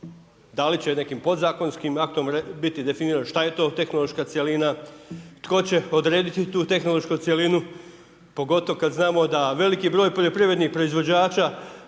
Da li će nekim podzakonskim aktom biti definirano šta je to tehnološka cjelina, tko će odrediti tu tehnološku cjelinu pogotovo kad znamo da veliki broj poljoprivrednih proizvođača,